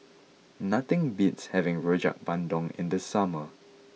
nothing beats having Rojak Bandung in the summer